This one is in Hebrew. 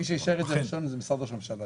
מי שאישר את זה ראשון זה משרד ראש הממשלה.